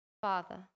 Father